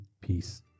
peace